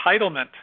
entitlement